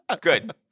Good